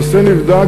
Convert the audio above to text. הנושא נבדק,